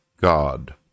God